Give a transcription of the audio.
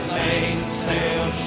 mainsail